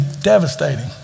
devastating